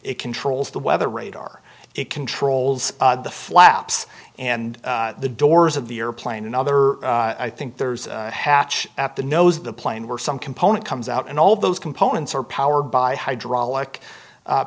it controls the weather radar it controls the flaps and the doors of the airplane another i think there's a hatch at the nose of the plane were some component comes out and all those components are powered by hydraulic